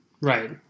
right